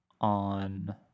on